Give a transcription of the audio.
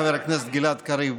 חבר הכנסת גלעד קריב,